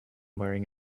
wearing